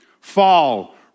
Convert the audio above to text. fall